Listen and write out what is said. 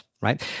right